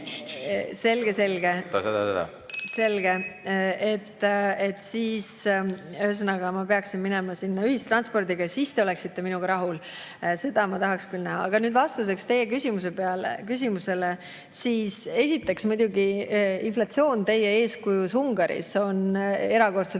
helistab kella.) Selge. Ühesõnaga, ma peaksin minema sinna ühistranspordiga ja siis te oleksite minuga rahul. Seda ma tahaks küll näha. Aga nüüd vastuseks teie küsimusele. Esiteks, muidugi inflatsioon teie eeskujuriigis Ungaris on erakordselt